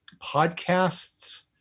podcasts